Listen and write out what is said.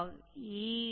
अब यह हो जाएगा